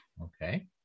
Okay